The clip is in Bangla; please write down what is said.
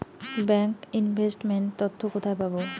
ব্যাংক ইনভেস্ট মেন্ট তথ্য কোথায় পাব?